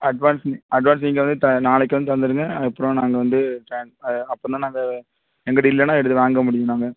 advance advance நீங்கள் வந்து த நாளைக்கு வந்து தந்துடுங்க அதுக்கப்புறம் நாங்கள் வந்து ட்ரான்ஸ் அப்பிடின்னா நாங்கள் எங்ககிட்ட இல்லைன்னா எடுத்து வாங்க முடியும் நாங்கள்